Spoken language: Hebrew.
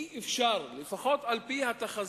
לפחות על-פי התחזית,